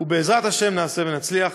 ובעזרת השם נעשה ונצליח.